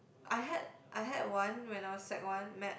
I had I had one when I was sec one mat~